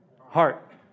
heart